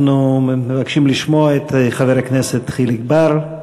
אנחנו מבקשים לשמוע את חבר הכנסת חיליק בר.